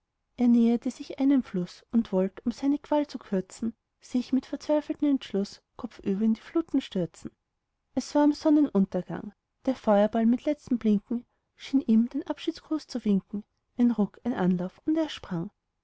er näherte sich einem fluß und wollt um seine qual zu kürzen sich mit verzweifeltem entschluß kopfüber in die fluten stürzen es war um sonnenuntergang der feuerball mit letztem blinken schien ihm den abschiedsgruß zu winken ein ruck ein anlauf und er sprang